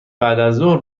بعدازظهر